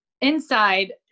Inside